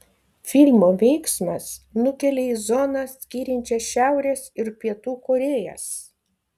filmo veiksmas nukelia į zoną skiriančią šiaurės ir pietų korėjas